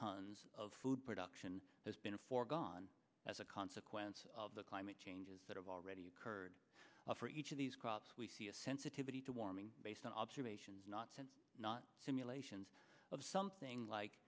tonnes of food production has been a foregone as a consequence of the climate changes that have already occurred for each of these crops we see a sensitivity to warming based on observations not sense not simulations of something like